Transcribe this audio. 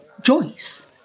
Joyce